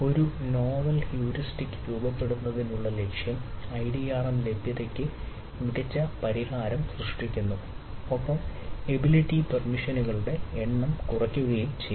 ഒരു novel heuristic എണ്ണം കുറയ്ക്കുകയും ചെയ്യും